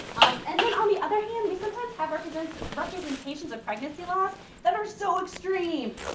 um and then on the other hand, we sometimes have representations representations of pregnancy loss that are so extreme.